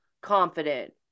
confident